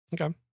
Okay